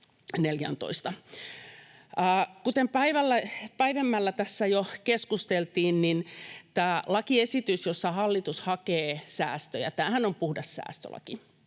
Kuten päivemmällä tässä jo keskusteltiin, niin tämä on lakiesitys, jolla hallitus hakee säästöjä — tämähän on puhdas säästölaki,